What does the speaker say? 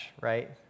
right